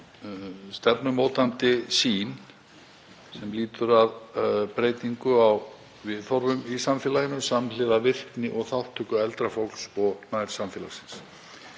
stefnumótandi sýn sem lýtur að breytingu á viðhorfum í samfélaginu, samhliða virkni og þátttöku eldra fólks og nærsamfélagsins.